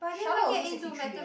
Charlotte also sixty three eh